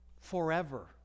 forever